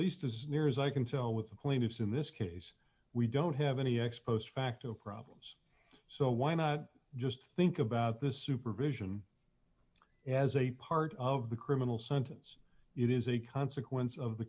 least as near as i can tell with the plaintiffs in this case we don't have any ex post facto problems so why not just think about this supervision as a part of the criminal sentence it is a consequence of the